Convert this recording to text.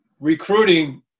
Recruiting